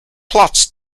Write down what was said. plots